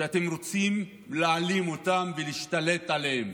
שאתם רוצים להעלים אותן ולהשתלט עליהן,